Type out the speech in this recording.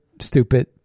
stupid